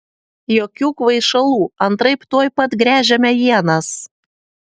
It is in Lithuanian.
jokių kvaišalų antraip tuoj pat gręžiame ienas